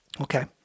Okay